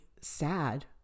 sad